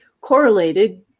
correlated